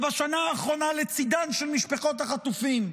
ובשנה האחרונה לצידן של משפחות החטופים,